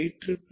15